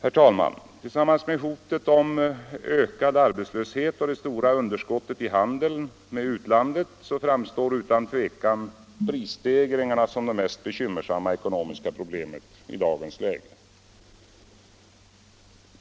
Herr talman! Tillsammans med hotet om ökad arbetslöshet och det stora underskottet i handeln med utlandet framstår utan tvivel prisstegringarna som det mest bekymmersamma ekonomiska problemet i dagens läge.